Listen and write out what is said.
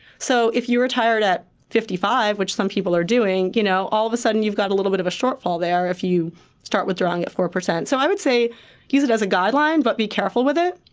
so if you retired at fifty five, which some people are doing, you know all of a sudden you've got a little bit of a shortfall, there, if you start withdrawing at four. so i would say use it as a guideline but be careful with it.